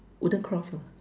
wooden cross lah